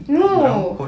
no